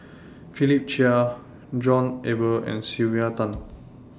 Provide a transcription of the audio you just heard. Philip Chia John Eber and Sylvia Tan